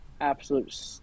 absolute